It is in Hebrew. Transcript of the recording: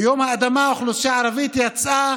ביום האדמה האוכלוסייה הערבית יצאה